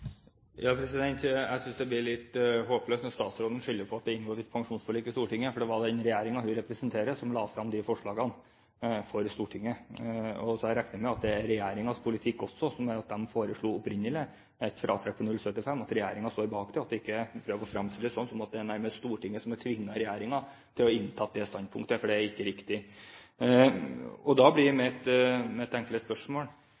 Jeg synes det blir litt håpløst når statsråden skylder på at det er inngått et pensjonsforlik i Stortinget, for det var den regjeringen hun representerer, som la frem de forslagene for Stortinget. Så jeg regner med at det er regjeringens politikk også som gjorde at de opprinnelig foreslo et fratrekk på 0,75 pst. – at regjeringen står bak det, og at det ikke er sånn som hun prøver å fremstille det, at det er Stortinget som nærmest har tvunget regjeringen til å innta det standpunktet, for det er ikke riktig. Da blir mitt enkle spørsmål: